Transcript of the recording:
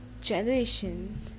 generation